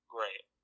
Great